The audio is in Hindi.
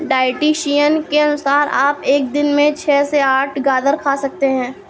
डायटीशियन के अनुसार आप एक दिन में छह से आठ गाजर खा सकते हैं